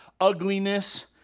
ugliness